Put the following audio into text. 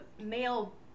male